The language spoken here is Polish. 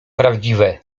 prawdziwe